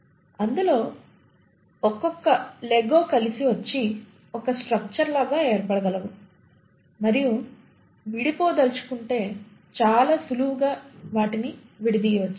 అందులో ఒక్కొక్క లెగో కలిసి వచ్చి ఒక స్ట్రక్చర్ లాగా ఏర్పడగలవు మరియు విడిపోదలచుకుంటే చాలా సులువుగా వాటిని విడదీయవచ్చు